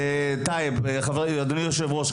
אדוני היושב-ראש,